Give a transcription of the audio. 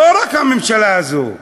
לא רק הממשלה הזאת,